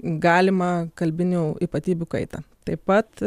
galimą kalbinių ypatybių kaitą taip pat